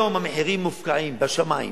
היום המחירים מופקעים, בשמים.